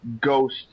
ghost